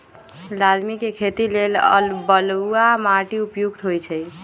लालमि के खेती लेल बलुआ माटि उपयुक्त होइ छइ